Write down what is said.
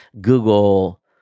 google